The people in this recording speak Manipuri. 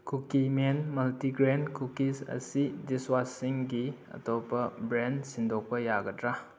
ꯀꯨꯀꯤꯃꯦꯟ ꯃꯜꯇꯤꯒ꯭ꯔꯦꯟ ꯀꯨꯀꯤꯁ ꯑꯁꯤ ꯗꯤꯁꯋꯥꯁꯁꯤꯡꯒꯤ ꯑꯇꯣꯞꯄ ꯕ꯭ꯔꯦꯟ ꯁꯤꯟꯗꯣꯛꯄ ꯌꯥꯒꯗ꯭ꯔꯥ